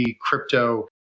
crypto